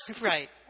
Right